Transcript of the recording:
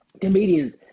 comedians